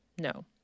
no